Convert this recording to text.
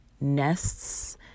nests